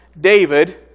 David